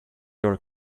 your